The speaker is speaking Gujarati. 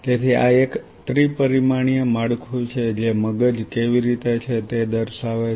તેથી આ એક ત્રિ પરિમાણીય માળખું છે જે મગજ કેવી રીતે છે તે દર્શાવે છે